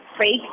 fake